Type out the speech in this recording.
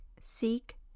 Seek